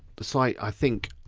the site i think